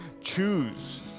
choose